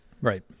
Right